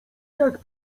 jak